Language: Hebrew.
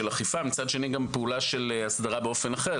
אכיפה וגם פעולה של הסדרה באופן אחר.